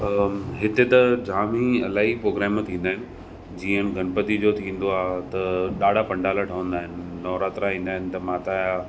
अ हिते त जाम ई इलाही प्रोग्राम थींदा आहिनि जीअं गनपति जो थींदो आहे त ॾाढा पंडाल ठहींदा आहिनि नवरात्रा ईंदा आहिनि त माता जा